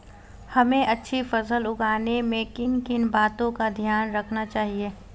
हमें अच्छी फसल उगाने में किन किन बातों का ध्यान रखना चाहिए?